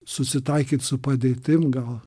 susitaikyt su padėtim gal